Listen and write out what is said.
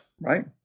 Right